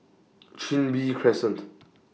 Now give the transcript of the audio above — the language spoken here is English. Chin Bee Crescent